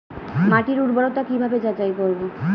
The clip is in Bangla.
মাটির উর্বরতা কি ভাবে যাচাই করব?